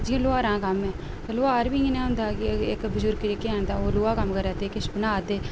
जियां लोहारा कम्म ऐ लोहार बी इ'यै नेहा होंदा हा कि इक बजुर्ग जेह्के हैन तां ओह् लोहा कम्म करा दे किश बनांदे